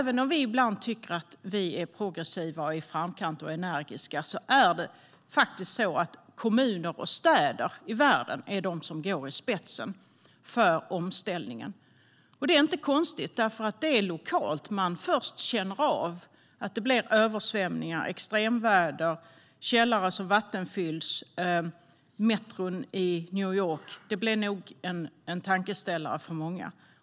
Även om vi ibland tycker att vi är progressiva och energiska och att vi är i framkant är det kommuner och städer i världen som går i spetsen för omställningen. Det är inte konstigt, för det är lokalt man först känner av översvämningar, extremväder, källare som vattenfylls och när något händer med metron i New York. Det blir nog en tankeställare för många.